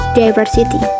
diversity